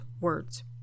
words